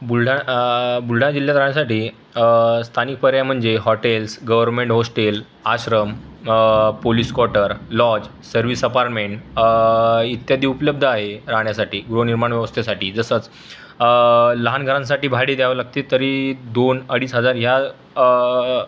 बुलडाण बुलढाणा जिल्ह्यात राहण्यासाठी स्थानिक पर्याय म्हणजे hotels government hostel ashram police quarter lodge service apartment इत्यादी उपलब्ध आहे राहण्यासाठी व गृहनिर्माण व्यवस्थेसाठी जसंच लहान घरांसाठी भाडी द्यावी लागतीत तरी दोन अडीज हजार ह्या